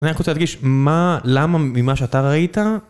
אני רוצה להדגיש למה ממה שאתה ראית